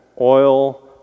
oil